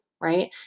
right